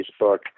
Facebook